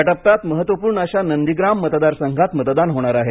या टप्प्यात महत्त्वपूर्ण अशा नंदीग्राम मतदार संघात मतदान होणार आहे